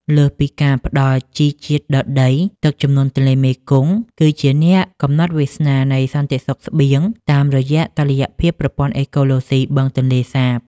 លើសពីការផ្តល់ជីជាតិដល់ដី ទឹកជំនន់ទន្លេមេគង្គគឺជាអ្នកកំណត់វាសនានៃសន្តិសុខស្បៀងតាមរយៈតុល្យភាពប្រព័ន្ធអេកូឡូស៊ីបឹងទន្លេសាប។